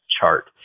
chart